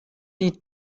die